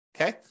okay